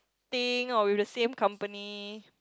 thing or with the same company